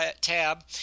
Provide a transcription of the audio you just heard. tab